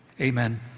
amen